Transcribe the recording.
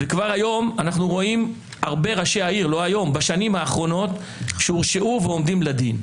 בשנים האחרונות אנחנו רואים הרבה ראשי ערים שהורשעו ועומדים לדין.